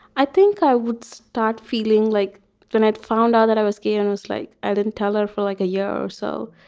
i think i would start feeling like i'd found out that i was gay and was like i didn't tell her for like a year or so.